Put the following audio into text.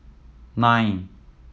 nine